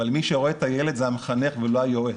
אבל מי שרואה את הילד זה המחנך ולא היועץ,